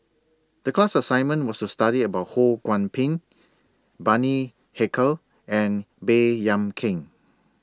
The class assignment was to study about Ho Kwon Ping Bani Haykal and Baey Yam Keng